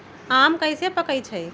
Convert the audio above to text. आम कईसे पकईछी?